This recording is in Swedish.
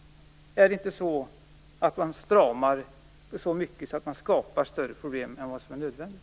Stramar man inte så mycket att man skapar större problem än vad som är nödvändigt?